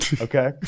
okay